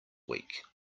week